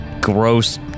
gross